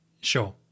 Sure